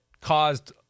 caused